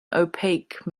opaque